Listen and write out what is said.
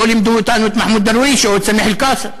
לא לימדו אותנו את מחמוד דרוויש או את סמיח אלקאסם.